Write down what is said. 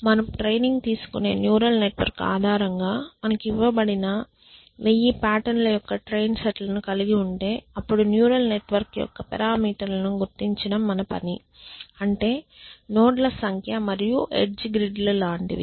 మనము ట్రైనింగ్ తీసుకునే neural network ఆధారంగా మనకు ఇవ్వబడిన 1000 పాటర్న్ ల యొక్క ట్రైన్ సెట్ లను కలిగి ఉంటె అప్పుడు న్యూరల్ నెట్వర్క్ యొక్క పారామీటర్ లను గుర్తించడం మన పని అంటే నోడ్ ల సంఖ్య మరియు ఎడ్జ్ గ్రిడ్ లు లాంటివి